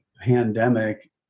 pandemic